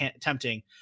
tempting